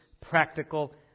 practical